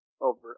over